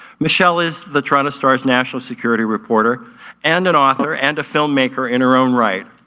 michelle is the toronto star's national security reporter and an author and a film maker in her own right.